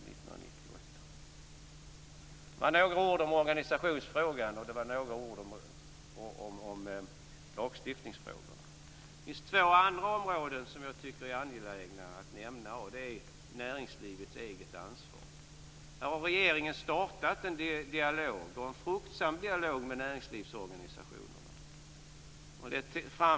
Det här var några ord om organisations och lagstiftningsfrågorna. Ett annat område som är angeläget att nämna är näringslivets egna ansvar. Här har regeringen startat en fruktsam dialog med näringslivsorganisationerna.